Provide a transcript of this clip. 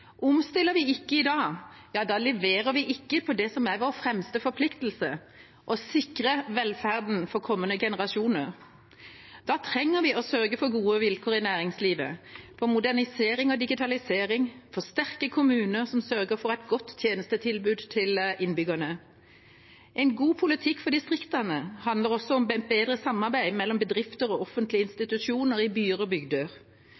Omstiller vi ikke i dag – ja, da leverer vi ikke på det som er vår fremste forpliktelse, å sikre velferden for kommende generasjoner. Da trenger vi å sørge for gode vilkår i næringslivet, for modernisering og digitalisering og for sterke kommuner som sørger for et godt tjenestetilbud til innbyggerne. En god politikk for distriktene handler også om bedre samarbeid mellom bedrifter og offentlige institusjoner i byer og